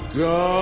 go